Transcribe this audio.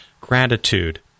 gratitude